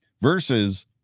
versus